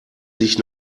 sich